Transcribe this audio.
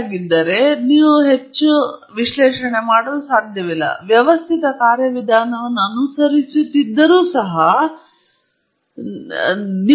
ನಾನು ಸರಾಸರಿಯಾದರೆ ನಾವು ಸಾವಿರ ಸುಮಾರು ಒಂದು ಮಿಲಿಯನ್ ಡಾಟಾ ರೆಕಾರ್ಡ್ಗಳನ್ನು ಹೇಳೋಣ ಪ್ರತಿ ಡಾಟಾ ರೆಕಾರ್ಡ್ಗೆ ನಾನು ಒಂದು ಮಾದರಿಯನ್ನು ಅರ್ಥ ಮಾಡಿಕೊಂಡಿದ್ದೇನೆ ಮತ್ತು ಮಿಲಿಯನ್ ಡೇಟಾ ದಾಖಲೆಗಳಿಗಾಗಿ ಆದ್ದರಿಂದ ನಾನು ಮಿಲಿಯನ್ ಸ್ಯಾಂಪಲ್ ಎಂದರೆ